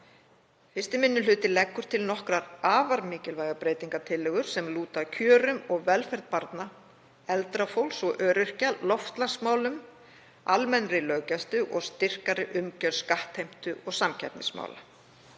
1. minni hluti leggur til nokkrar afar mikilvægar breytingartillögur sem lúta að kjörum og velferð barna, eldra fólks og öryrkja, loftslagsmálum, almennri löggæslu og styrkari umgjörð skattheimtu og samkeppnismála.